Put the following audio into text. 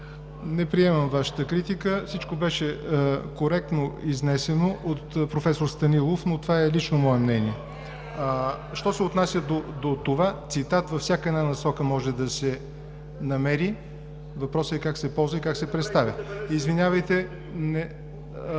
Не приемам Вашата критика. Всичко беше коректно изнесено от проф. Станилов, но това е лично мое мнение. (Реплики от ДПС.) Що се отнася до това – цитат във всяка една насока може да се намери, въпросът е как се ползва и как се представя. Извинявайте, имах